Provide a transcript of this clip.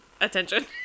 attention